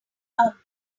are